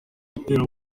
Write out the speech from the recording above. gutera